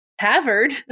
Harvard